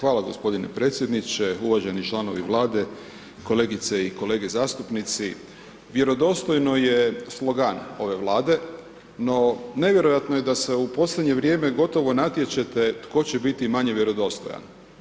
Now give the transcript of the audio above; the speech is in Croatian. Hvala gospodine predsjedniče, uvaženi članovi Vlade, kolegice i kolege zastupnici, vjerodostojno je slogan ove Vlade, no nevjerojatno je da se u posljednje vrijeme gotovo natječete tko će biti manje vjerodostojan.